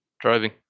driving